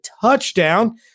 TOUCHDOWN